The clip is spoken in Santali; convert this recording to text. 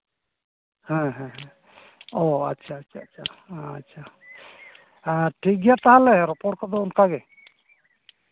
ᱦᱮᱸ ᱦᱮᱸ ᱚ ᱟᱪᱪᱷᱟ ᱟᱪᱪᱷᱟ ᱚ ᱟᱪᱪᱷᱟ ᱴᱷᱤᱠ ᱜᱮᱭᱟ ᱛᱟᱦᱞᱮ ᱨᱚᱯᱚᱲ ᱠᱚᱫᱚ ᱚᱱᱠᱟᱜᱮ